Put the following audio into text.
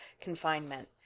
confinement